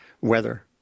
weather